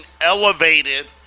elevated